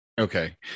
Okay